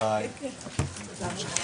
הישיבה ננעלה בשעה